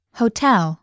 hotel